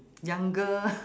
younger